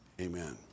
amen